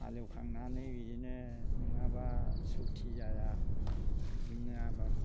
हालेवखांनानै बिदिनो नङाबा शक्ति जाया बिदिनो आबाद